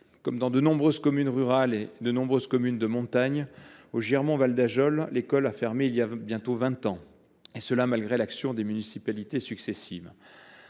comme dans de nombreuses communes rurales et de montagne, à Girmont Val d’Ajol, l’école a fermé il y a bientôt vingt ans, et ce malgré l’action des municipalités successives.